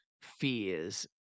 fears